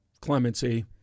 clemency